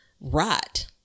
rot